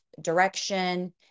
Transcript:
direction